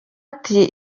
ati